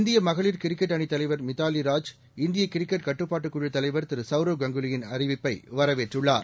இந்திய மகளிர் கிரிக்கெட் அணித்தலைவர் மிதாலி ராஜ் இந்திய கிரிக்கெட் கட்டுப்பாட்டு குழுத் தலைவர் திரு சவுரவ் கங்குலியின் அறிவிப்பை வரவேற்றுள்ளார்